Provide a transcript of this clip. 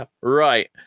Right